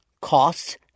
costs